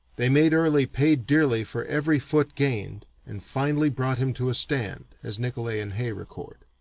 they made early pay dearly for every foot gained and finally brought him to a stand, as nicolay and hay record.